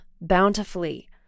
bountifully